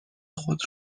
خود